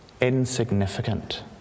insignificant